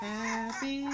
Happy